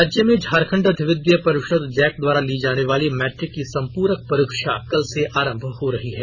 राज्य में झारखण्ड अध्यिविद्य परिषद जैक द्वारा ली जाने वाली मैट्रिक की संप्रक परीक्षा कल से आरंभ हो रही है